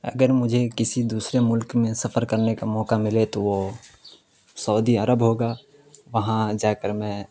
اگر مجھے کسی دوسرے ملک میں سفر کرنے کا موقع ملے تو وہ سعودی عرب ہوگا وہاں جا کر میں